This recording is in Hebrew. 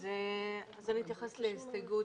אז אני אתייחס להסתייגות